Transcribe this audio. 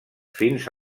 fins